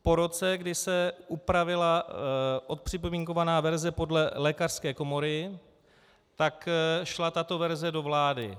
Po roce, kdy se upravila odpřipomínkovaná verze podle lékařské komory, tak šla tato verze do vlády.